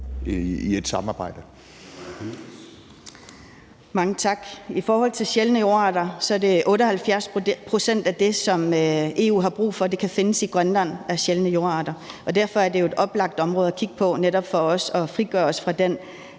23:19 Aaja Chemnitz (IA): I forhold til sjældne jordarter er det 78 pct. af det, som EU har brug for, der kan findes i Grønland. Derfor er det jo et oplagt område at kigge på, netop for også at frigøre os fra det